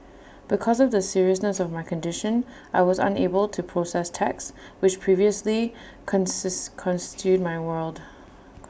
because of the seriousness of my condition I was unable to process text which previously my world